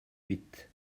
huit